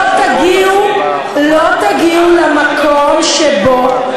לא תגיעו למקום שבו,